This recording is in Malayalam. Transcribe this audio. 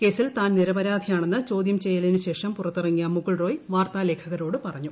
കേസിൽ താൻ നിരപരാധിയാണെന്ന് ചോദ്യം ചെയ്യലിനുശേഷം പുറത്തിറങ്ങിയ മുകുൾ റോയ് വാർത്താ ലേഖകരോട് പറഞ്ഞു